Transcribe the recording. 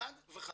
חד וחלק.